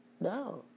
No